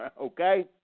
okay